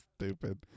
stupid